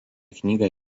knygą